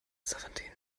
seventeen